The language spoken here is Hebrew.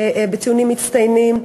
בציונים מצטיינים.